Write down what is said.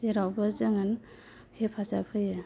जेरावबो जों हेफाजाब होयो